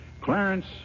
Clarence